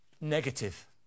negative